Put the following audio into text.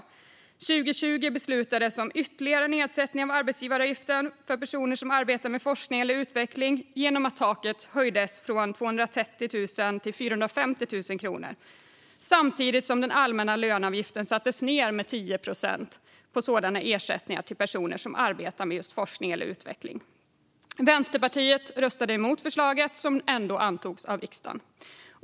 År 2020 beslutades om ytterligare nedsättning av arbetsgivaravgifterna för personer som arbetar med forskning eller utveckling genom att taket för avdraget höjdes från 230 000 kronor till 450 000 kronor samtidigt som den allmänna löneavgiften sattes ned med 10 procentenheter på sådana ersättningar till personer som arbetar med just forskning eller utveckling. Vänsterpartiet röstade mot förslaget som ändå antogs av riksdagen.